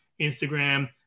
Instagram